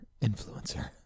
influencer